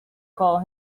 call